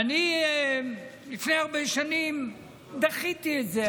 ולפני הרבה שנים דחיתי את זה.